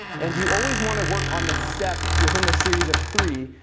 and you always want to work on the step within the series of three,